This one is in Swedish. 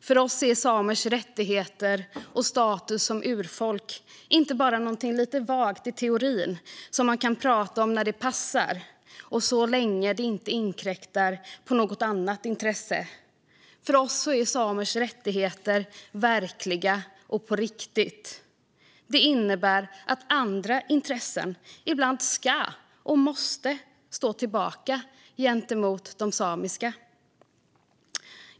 För oss är samers rättigheter och status som urfolk inte bara någonting lite vagt i teorin som man kan prata om när det passar och så länge det inte inkräktar på något annat intresse. För oss är samers rättigheter verkliga och på riktigt. Det innebär att andra intressen ibland ska och måste stå tillbaka för de samiska intressena.